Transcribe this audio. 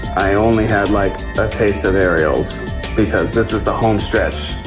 i only had like a taste of ariel's because this is the home stretch.